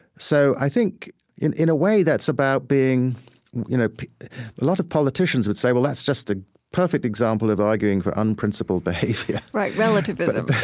so i think in in a way that's about being you know, a lot of politicians would say, well, that's just a perfect example of arguing for unprincipled behavior. right. relativism,